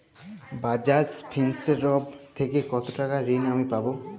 বাজাজ ফিন্সেরভ থেকে কতো টাকা ঋণ আমি পাবো?